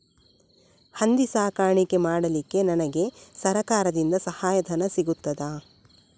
ಹಂದಿ ಸಾಕಾಣಿಕೆ ಮಾಡಲಿಕ್ಕೆ ನನಗೆ ಸರಕಾರದಿಂದ ಸಹಾಯಧನ ಸಿಗುತ್ತದಾ?